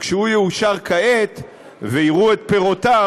כשהוא יאושר כעת ויראו את פירותיו,